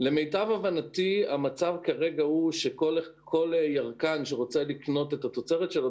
למיטב הבנתי המצב כרגע הוא שכל ירקן שרוצה לקנות את התוצרת שלו,